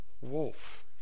Wolf